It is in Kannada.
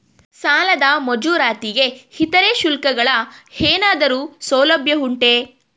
ಸಾಲದ ಮಂಜೂರಾತಿಗೆ ಇತರೆ ಶುಲ್ಕಗಳ ಏನಾದರೂ ಸೌಲಭ್ಯ ಉಂಟೆ?